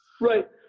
Right